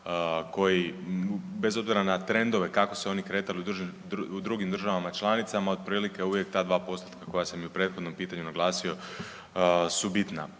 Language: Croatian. koji, bez obzira na trendove kako se oni kretali u drugim državama članicama, otprilike uvijek ta dva postotka koja sam i u prethodnom pitanju naglasio su bitna.